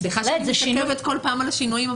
סליחה שאני מתעכבת כל פעם על השינויים,